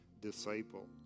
disciple